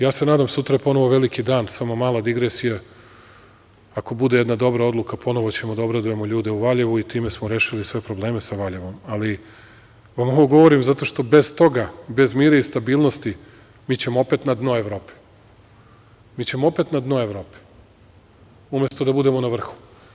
Ja se nadam, sutra je ponovo veliki dan, samo mala digresija, ako bude jedna dobra odluka, ponovo ćemo da obradujemo ljude u Valjevu i time smo rešili sve probleme sa Valjevom, ali vam ovo govorim zato što bez toga, bez mira i stabilnosti, mi ćemo opet na dno Evrope, umesto da budemo na vrhu.